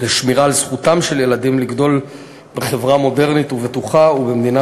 שמירה על זכותם של ילדים לגדול בחברה מודרנית ובטוחה ובמדינה